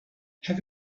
have